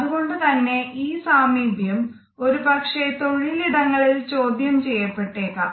അതുകൊണ്ട് തന്നെ ഈ സാമീപ്യം ഒരു പക്ഷെ തൊഴിലിടങ്ങളിൽ ചോദ്യം ചെയ്യപ്പെട്ടേക്കാം